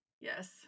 Yes